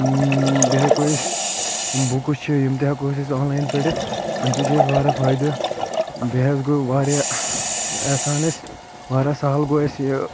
بیٚیہِ ہٮ۪کو أسۍ یِم بُکس چھِ یِم تہِ ہٮ۪کو أسۍ آن لاین پٔرِتھ امہِ سۭتۍ چھ اسہِ واریاہ فٲیدٕ بیٚیہِ حظ گوٚو واریاہ احسان اسہِ واریاہ سہل گوٚو اسہِ یہِ